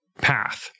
path